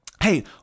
Hey